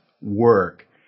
work